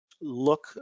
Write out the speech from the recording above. look